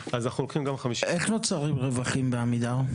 איך נוצרים רווחים בעמידר?